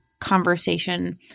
conversation